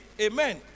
Amen